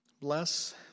bless